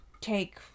take